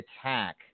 attack